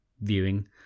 viewing